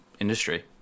industry